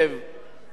חושב,